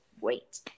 wait